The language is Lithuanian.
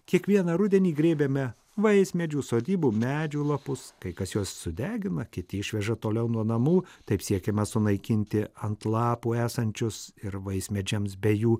kiekvieną rudenį grėbiame vaismedžių sodybų medžių lapus kai kas juos sudegina kiti išveža toliau nuo namų taip siekiama sunaikinti ant lapų esančius ir vaismedžiams bei jų